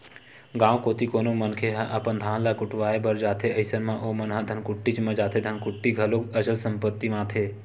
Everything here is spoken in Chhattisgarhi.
गाँव कोती कोनो मनखे ह अपन धान ल कुटावय बर जाथे अइसन म ओमन ह धनकुट्टीच म जाथे धनकुट्टी घलोक अचल संपत्ति म आथे